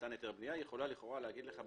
במתן היתר בנייה העיריה יכולה להגיד לך: